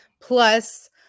plus